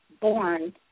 born